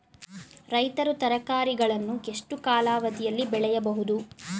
ರೈತರು ತರಕಾರಿಗಳನ್ನು ಎಷ್ಟು ಕಾಲಾವಧಿಯಲ್ಲಿ ಬೆಳೆಯಬಹುದು?